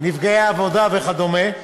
נפגעי עבודה וכדומה,